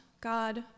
God